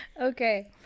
Okay